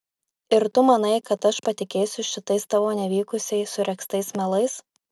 ir tu manai kad aš patikėsiu šitais tavo nevykusiai suregztais melais